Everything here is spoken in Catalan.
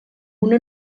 una